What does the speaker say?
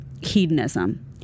hedonism